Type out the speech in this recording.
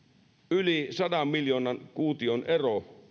yli sadan miljoonan kuution ero